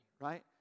right